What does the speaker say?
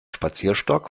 spazierstock